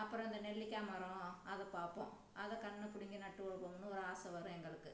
அப்புறம் இந்த நெல்லிக்காய் மரம் அதைப் பார்ப்போம் அதை கன்று பிடுங்கி நட்டு வைப்போம்ன்னு ஒரு ஆசை வரும் எங்களுக்கு